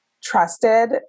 trusted